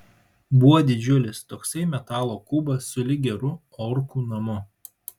buvo didžiulis toksai metalo kubas sulig geru orkų namu